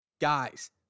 Guys